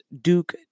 Duke